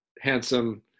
handsome